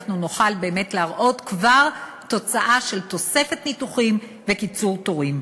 אנחנו נוכל להראות כבר תוצאה של תוספת ניתוחים וקיצור תורים.